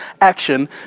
action